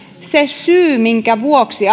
se syy minkä vuoksi